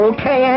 Okay